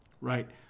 right